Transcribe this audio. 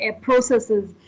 processes